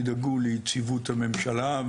תדאגו ליציבות הממשלה.